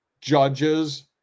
judges